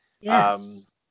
Yes